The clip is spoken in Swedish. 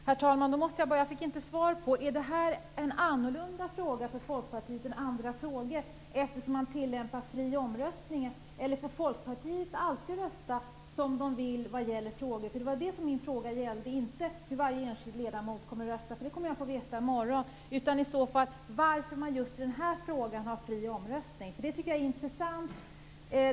Herr talman! Jag fick inte svar på frågan om ifall det här är en annorlunda fråga för Folkpartiet än andra frågor eftersom man tillämpar fri omröstning. Eller får man i Folkpartiet alltid rösta som man vill? Det var det min fråga gällde, och inte hur varje enskild ledamot kommer att rösta. Det kommer jag att få veta i morgon. Varför har man fri omröstning just i den här frågan? Det tycker jag är intressant.